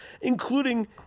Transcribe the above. including